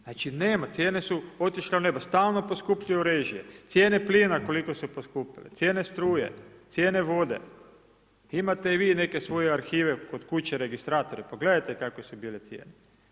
Znači, nema, cijene su otišle u nebo, stalno poskupljuju režije, cijene plina koliko su poskupile, cijene struje, cijene vode, imate i vi neke svoje arhive kod kuće, registratore, pa gledajte kakve su bile cijene.